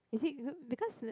is it because